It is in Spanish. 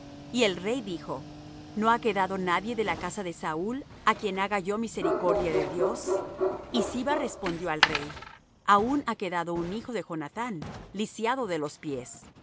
y el rey dijo no ha quedado nadie de la casa de saúl á quien haga yo misericordia de dios y siba respondió al rey aun ha quedado un hijo de jonathán lisiado de los pies